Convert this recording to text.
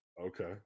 Okay